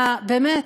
באמת,